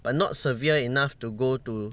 but not severe enough to go to